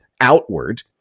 outward